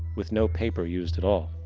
with no paper used at all.